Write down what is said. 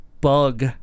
bug